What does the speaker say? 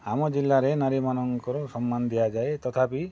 ଆମ ଜିଲ୍ଲାରେ ନାରୀମାନଙ୍କର ସମ୍ମାନ ଦିଆଯାଏ ତଥାପି